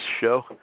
show